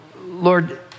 Lord